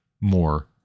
more